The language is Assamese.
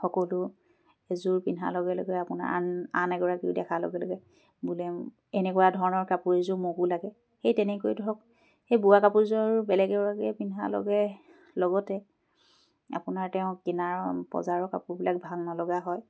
সকলো এযোৰ পিন্ধাৰ লগে লগে আপোনাৰ আন আন এগৰাকীয়ো দেখাৰ লগে লগে বোলে এনেকুৱা ধৰণৰ কাপোৰ এযোৰ মোকো লাগে সেই তেনেকৈ ধৰক সেই বোৱা কাপোৰযোৰ আৰু বেলেগ এগৰাকীয়ে পিন্ধাৰ লগে লগতে আপোনাৰ তেওঁ কিনাৰ বজাৰৰ কাপোৰবিলাক ভাগ নলগা হয়